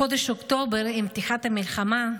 בחודש אוקטובר, עם פתיחת המלחמה,